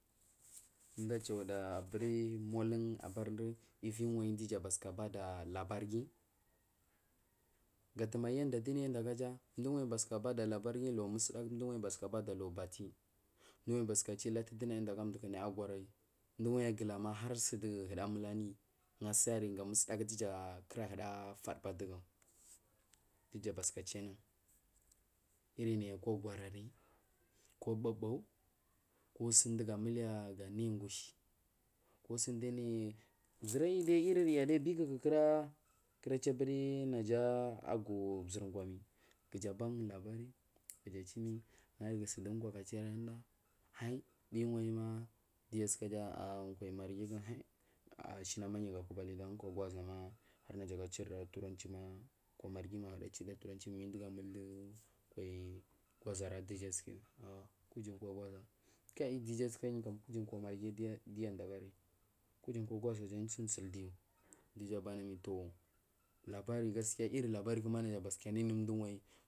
Mdu ajauda aburi molum abardu wi uwanyi duja bathuka bada labari guyi gatamari dunayi inda gaja mdu wanyi basuka baɗa labar guyu laɓu musdagu mdiwany bathuka bada lagu bate mduwany bathuka chu latu ndunaya inda aga mduku naya aguri mdinagu aguhama har sugudigu huda mulmiyi ungu asaryi ga gushi akra huda faduba digu duja basuka chu anun irinayi kwaguharin ko bubu ko sundugu muhuya unuri guchi kosunduyi sari kuyidai biku kuwa chubur naja gura gu surkwa mal aban labari ulayu sundu kwaku achu anuɗa ashma yu ama alira kwaku kwa goʒama naja ga dirrda turanci ko marghi ko, marghi ma ahuwa chirda turanci mal munduyu amuldu kwal giʒara dujara asukayu kuji kwa goʒa aiyi duja sukayu kwa marghi duya suka yu kuji kwa gwoʒa ama niyu kam kuji kwa marghi diyu kuji kwa gwoʒa jan sunsik dija bana mal toh labari iri labari naja basuka wundin wai